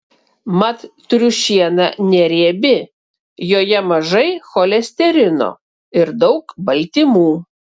mat triušiena neriebi joje mažai cholesterino ir daug baltymų